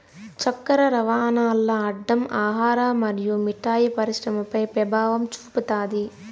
చక్కర రవాణాల్ల అడ్డం ఆహార మరియు మిఠాయి పరిశ్రమపై పెభావం చూపుతాది